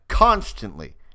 Constantly